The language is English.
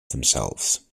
themselves